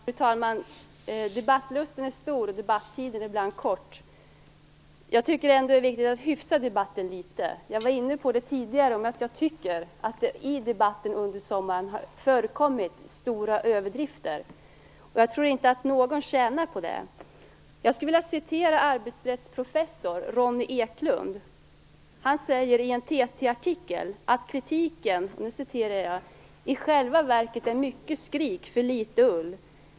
Fru talman! Debattlusten är stor och debattiden ibland kort. Jag tycker att det är viktigt att ändå hyfsa debatten. Jag var tidigare inne på att jag tycker att det i debatten under sommaren har förekommit stora överdrifter. Jag tror inte att någon tjänar på det. Jag skulle vilja återge vad arbetsrättsprofessor Ronnie Eklund har sagt i en TT-artikel. Han säger att kritiken i själva verket är mycket skrik för litet ull.